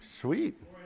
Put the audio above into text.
Sweet